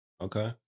Okay